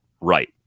right